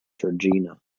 georgina